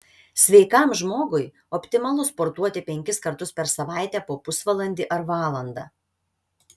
sveikam žmogui optimalu sportuoti penkis kartus per savaitę po pusvalandį ar valandą